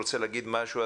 רוצה להגיד משהו,